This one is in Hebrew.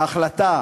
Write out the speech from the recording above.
ההחלטה